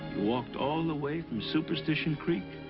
walked all the way from superstition creek.